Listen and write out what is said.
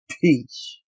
peace